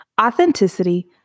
authenticity